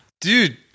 dude